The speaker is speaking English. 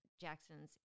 Jackson's